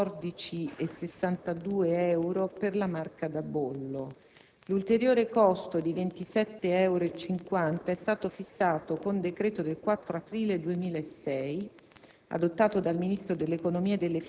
A questo costo debbono aggiungersi 14,62 euro per la marca da bollo. L'ulteriore costo di 27,50 euro è stato fissato con decreto del 4 aprile 2006,